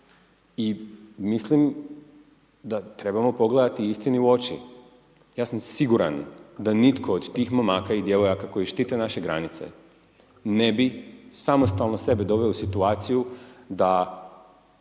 i mislim da trebamo pogledati istini u oči. Ja sam siguran da nitko od tih momaka i djevojaka koji štite naše granice, ne bi samostalno sebe doveo u situaciju da